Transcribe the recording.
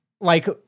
Like-